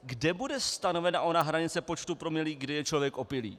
Kde bude stanovena ona hranice počtu promile, kdy je člověk opilý?